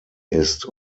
ist